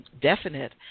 definite